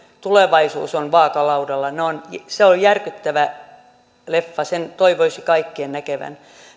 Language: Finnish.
tulevaisuus on vaakalaudalla se on järkyttävä leffa sen toivoisi kaikkien näkevän